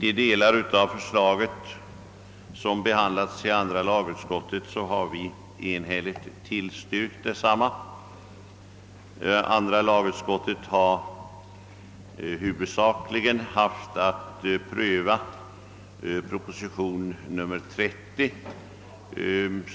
De delar av förslaget som behandlats av andra lagutskottet har utskottet enhälligt tillstyrkt. Andra lagutskottet har huvudsakligen haft att pröva Kungl. Maj:ts proposition nr 30,